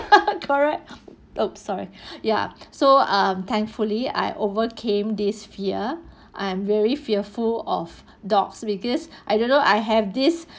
correct !oops! sorry ya so um thankfully I overcame this fear I'm very fearful of dogs because I don't know I have this